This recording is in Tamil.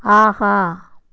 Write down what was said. ஆஹா